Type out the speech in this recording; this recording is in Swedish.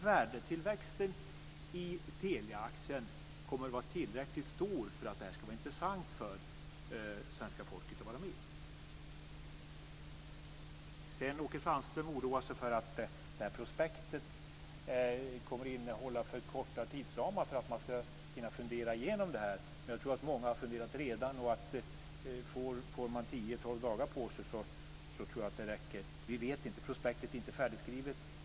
Värdetillväxten i Teliaaktien kommer att vara tillräckligt stor för att det ska vara intressant för svenska folket att vara med. Åke Sandström oroar sig för att prospektet kommer att innehålla för små tidsramar för att man ska hinna fundera igenom detta. Jag tror att många redan har funderat. Får man tio-tolv dagar på sig tror jag att det räcker. Vi vet inte för prospektet är inte färdigskrivet.